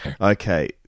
okay